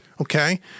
Okay